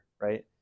right